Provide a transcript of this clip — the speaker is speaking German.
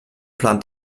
plant